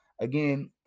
again